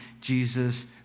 Jesus